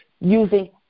using